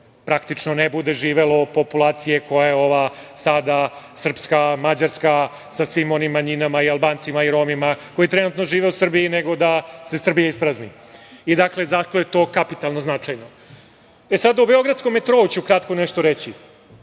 praktično ne bude živela populacija koja je sada, srpska, mađarska, sa svim onim manjinama, Albancima i Romima, koji trenutno žive u Srbiji, nego da se Srbija isprazni. Dakle, zato je to kapitalno značajno. Sada ću o Beogradskom metrou kratko nešto reći.